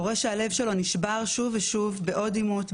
הורה שהלב שלו נשבר שוב ושוב בעוד עימות,